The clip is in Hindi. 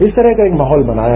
इस तरह का एक माहौल बना है